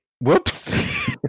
Whoops